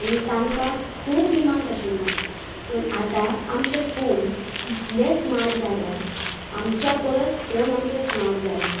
आनी तांकां खूब डिमांड आशिल्लो पूण आतां आमचे फोन इतले स्मार्ट जाल्यात आमच्या परस फोन आमचे स्मार्ट जाल्यात